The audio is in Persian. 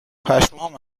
پشمام